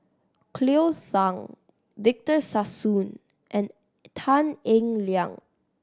Cleo Thang Victor Sassoon and Tan Eng Liang